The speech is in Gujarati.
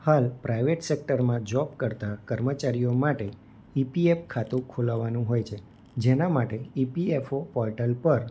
હાલ પ્રાઇવેટ સેક્ટરમાં જોબ કરતા કર્મચારીઓ માટે એ પીએફ ખાતું ખોલાવાનું હોય છે જેના માટે ઈપીએફઓ પોર્ટલ પર